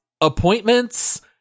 appointments